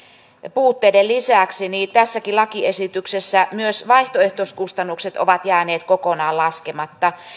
puutteiden lisäksi tässäkin lakiesityksessä myös vaihtoehtoiskustannukset ovat jääneet kokonaan laskematta